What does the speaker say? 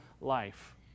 life